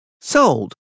Sold